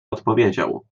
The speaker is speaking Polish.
odpowiedział